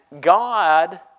God